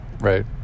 Right